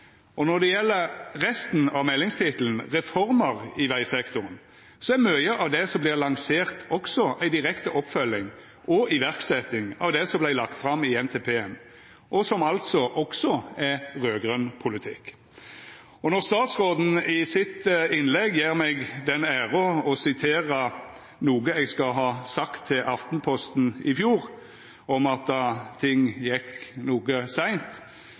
meldinga. Når det gjeld resten av meldingstittelen, Reformer i vegsektoren, så er mykje av det som vert lansert, også ei direkte oppfølging og iverksetjing av det som vart lagt fram i NTP-en, og som altså også er raud-grøn politikk. Når statsråden i innlegget sitt gjer meg den ære å sitera noko eg skal ha sagt til Aftenposten i fjor, om at ting gjekk noko seint,